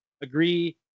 Agree